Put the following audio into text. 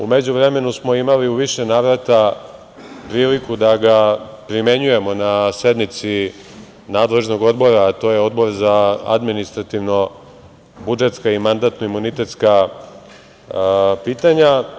U međuvremenu smo imali u više navrata priliku da ga primenjujemo na sednici nadležnog odbora, a to je Odbor za administrativno-budžetska i mandatno-imunitetska pitanja.